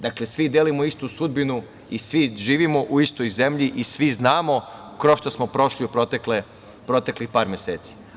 Dakle, svi delimo istu sudbinu i svi živimo u istoj zemlji i svi znamo kroz šta smo prošli u proteklih par meseci.